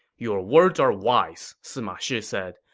your words are wise, sima shi said,